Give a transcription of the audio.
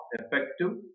effective